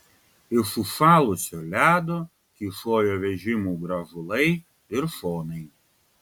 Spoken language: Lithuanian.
iš užšalusio ledo kyšojo vežimų grąžulai ir šonai